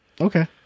Okay